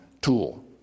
tool